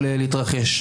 שיכול להתרחש,